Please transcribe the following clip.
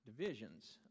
divisions